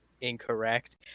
incorrect